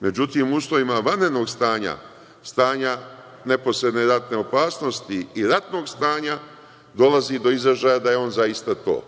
Međutim, u uslovima vanrednog stanja, stanja neposredne ratne opasnosti i ratnog stanja, dolazi do izražaja da je on zaista to,